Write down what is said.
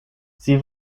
sie